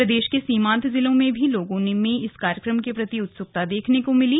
प्रदेश के सीमांत जिलों में भी लोगों में इस कार्यक्रम के प्रति उत्सुकता देखने को भिली